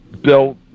bill